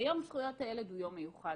ויום זכויות הילד הוא יום מיוחד.